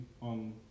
on